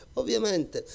ovviamente